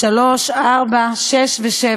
(3), (4), (6) ו-(7)